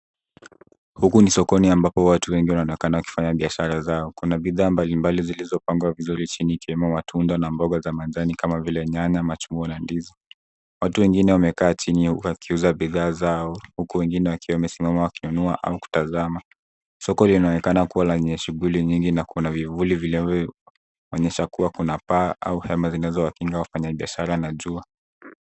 Huku ni sokoni ambapo watu wengi wanaonekana wakifanya biashara zao. kuna bidhaa mbalimbali zilizopangwa vizuri chini ikiwemo matunda na mboga za majani kama vile nyanya machungwa na ndizi. Watu wengine wamekaa chini wakiuza bidhaa zao huku wengine wakiwa wamesimama wakinunua au kutazama. Soko linaonekana kuwa lenye shughuli nyingi na kuna vivuli vinavyoonyesha kuwa kuna paa au hema zinazowakinga wafanya biashara na jua.